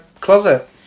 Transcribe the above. closet